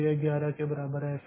तो यह ग्यारह के बराबर है